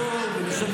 אני מזמין